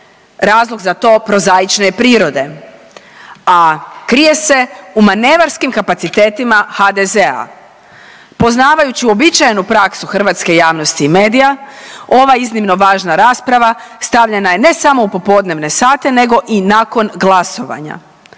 Razlog za to prozaične je prirode, a krije se u manevarskim kapacitetima HDZ-a. Poznavajući uobičajenu praksu hrvatske javnosti i medija ova iznimno važna rasprava stavljena je ne samo u popodnevne sate nego i nakon glasovanja.